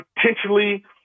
potentially